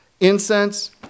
Incense